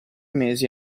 mesi